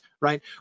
right